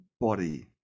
body